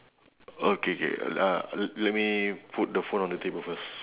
okay K l~ uh l~ let me put the phone on the table first